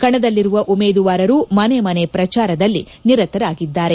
ಕಣದಲ್ಲಿರುವ ಉಮೇದುವಾರರು ಮನೆ ಮನೆ ಪ್ರಚಾರದಲ್ಲಿ ನಿರತರಾಗಿದ್ದಾರೆ